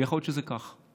ויכול להיות שזה כך,